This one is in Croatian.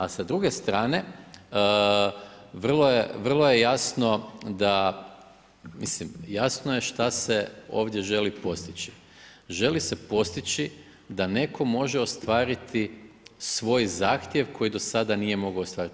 A sa druge strane, vrlo je jasno da, mislim, jasno je šta se ovdje želi postići, želi se postići, da netko može ostvariti svoj zahtjev, koji do sada nije mogao ostvariti.